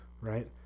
right